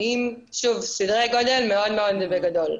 שוב, סדרי גודל מאוד מאוד בגדול.